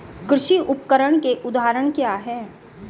कृषि उपकरण के उदाहरण क्या हैं?